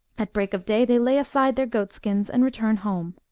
at break of day they lay aside their goatskins and return home.